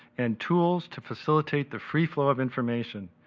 and tools to facilitate the free flow of information,